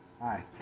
Hi